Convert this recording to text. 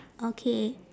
okay